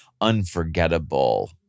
unforgettable